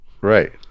Right